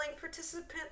participant